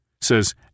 says